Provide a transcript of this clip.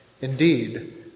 Indeed